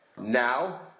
Now